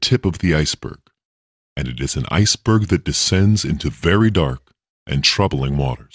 tip of the iceberg and it is an iceberg that descends into very dark and troubling